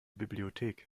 bibliothek